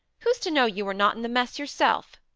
who's to know you were not in the mess yourself?